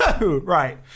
Right